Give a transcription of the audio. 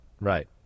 Right